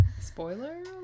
spoiler